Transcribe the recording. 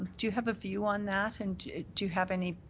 do you have a view on that? and do you have any